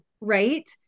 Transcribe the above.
Right